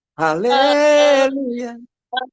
Hallelujah